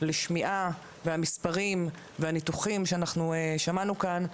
לשמיעה והמספרים והניתוחים שאנחנו שמענו כאן,